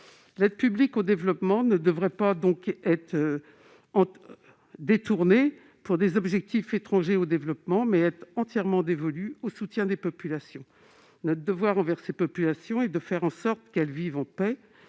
L'aide publique au développement ne devrait pas être détournée pour des objectifs étrangers au développement. Elle devrait être entièrement dévolue au soutien des populations. Notre devoir envers celles-ci est de faire en sorte qu'elles vivent en paix